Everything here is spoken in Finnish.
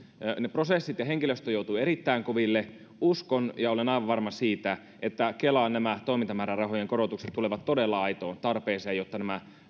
prosessit ja henkilöstö joutuivat erittäin koville uskon siihen ja olen aivan varma siitä että nämä kelan toimintamäärärahojen korotukset tulevat todella aitoon tarpeeseen jotta nämä